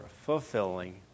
fulfilling